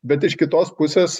bet iš kitos pusės